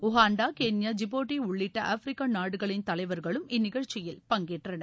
Uganda Kenya Djibouti உள்ளிட்ட ஆப்பிரிக்க நாடுகளின் தலைவர்களும் இந்நிகழ்ச்சியில் பங்கேற்றனர்